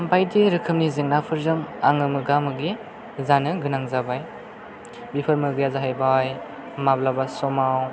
बायदि रोखोमनि जेंनाफोरजों आङो मोगा मोगि जानो गोनां जाबाय बेफोर मोगाया जाहैबाय माब्लाबा समाव